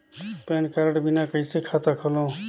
Pan card बिना कइसे खाता खोलव?